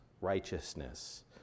righteousness